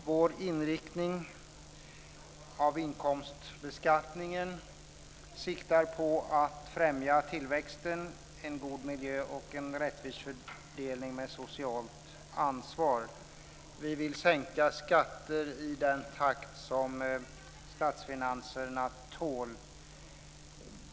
Vår inriktning av inkomstbeskattningen siktar på att främja tillväxten, en god miljö och en rättvis fördelning med socialt ansvar. Vi vill sänka skatter i den takt som statsfinanserna tål.